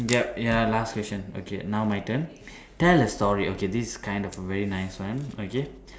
yup ya last question okay now my turn tell a story okay this is kind of a very nice one okay